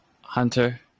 Hunter